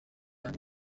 andi